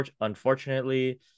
unfortunately